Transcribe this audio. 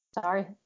sorry